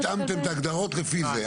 התאמתם את ההגדרות לפי זה.